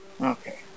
Okay